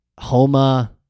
Homa